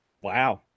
Wow